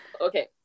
Okay